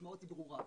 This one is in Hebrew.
המשמעות היא ברורה,